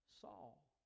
Saul